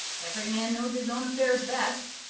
every man knows his own affairs best,